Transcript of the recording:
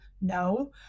no